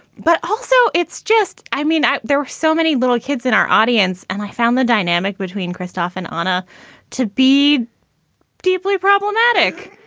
but also, it's just i mean, there were so many little kids in our audience and i found the dynamic between christoph and honor to be deeply problematic.